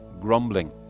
grumbling